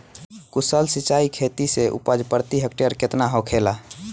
कुशल सिंचाई खेती से उपज प्रति हेक्टेयर केतना होखेला?